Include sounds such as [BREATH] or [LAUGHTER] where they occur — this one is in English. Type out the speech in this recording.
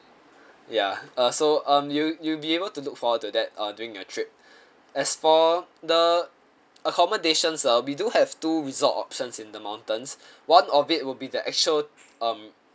ya uh so um you you'll be able to look forward to that uh during your trip [BREATH] as for the accommodations uh we do have two resort options in the mountains one of it would be the actual um